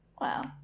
Wow